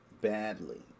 badly